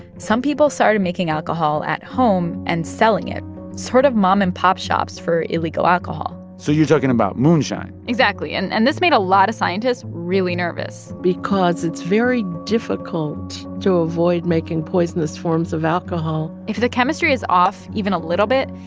some people started making alcohol at home and selling it sort of mom and pop shops for illegal alcohol so you're talking about moonshine exactly, and and this made a lot of scientists really nervous because it's very difficult to avoid making poisonous forms of alcohol if the chemistry is off even a little bit,